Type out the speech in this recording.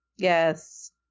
Yes